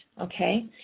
okay